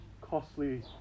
costly